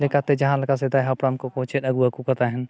ᱞᱮᱠᱟᱛᱮ ᱡᱟᱦᱟᱸᱞᱮᱠᱟ ᱥᱮᱫᱟᱭ ᱦᱟᱯᱲᱟᱢ ᱠᱚᱠᱚ ᱪᱮᱫ ᱟᱹᱜᱩᱣᱟᱠᱚ ᱛᱟᱦᱮᱱ